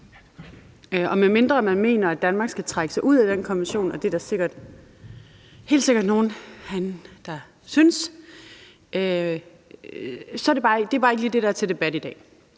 og måske mener man, at Danmark skal trække sig ud af den konvention – og det er der helt sikkert nogle herinde der synes – men det er bare ikke lige det, der er til debat i dag.